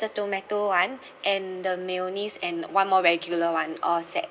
the tomato [one] and the mayonnaise and one more regular [one] all set